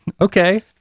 okay